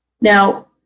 Now